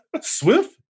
Swift